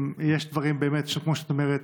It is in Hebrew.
יש דברים שבאמת, כמו שאת אומרת,